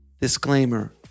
Disclaimer